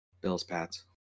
Bills-Pats